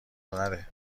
نره